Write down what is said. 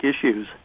issues